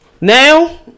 Now